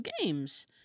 games